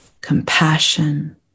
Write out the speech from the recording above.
compassion